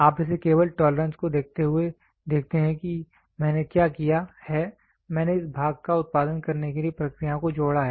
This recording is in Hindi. आप इसे केवल टॉलरेंस को देखते हुए देखते हैं कि मैंने क्या किया है मैंने इस भाग का उत्पादन करने के लिए प्रक्रियाओं को जोड़ा है